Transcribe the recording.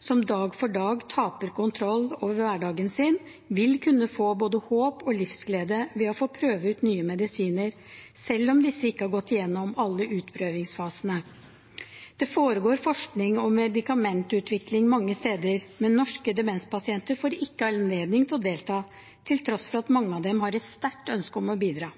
som dag for dag taper kontroll over hverdagen sin, vil kunne få både håp og livsglede ved å få prøve ut nye medisiner, selv om disse ikke har gått igjennom alle utprøvingsfasene. Det foregår forskning og medikamentutvikling mange steder, men norske demenspasienter får ikke anledning til å delta, til tross for at mange av dem har et sterkt ønske om å bidra.